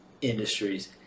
industries